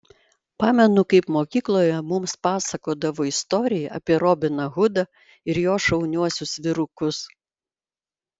pamenu kaip mokykloje mums pasakodavo istoriją apie robiną hudą ir jo šauniuosius vyrukus